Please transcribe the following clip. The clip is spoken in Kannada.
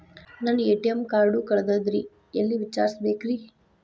ನನ್ನ ಎ.ಟಿ.ಎಂ ಕಾರ್ಡು ಕಳದದ್ರಿ ಎಲ್ಲಿ ವಿಚಾರಿಸ್ಬೇಕ್ರಿ?